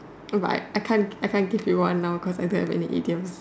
but I I can't give you one now cause I don't have any idioms